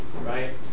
right